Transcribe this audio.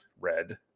red